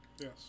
Yes